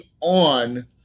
on